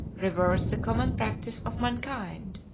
reverse the common practice of mankind.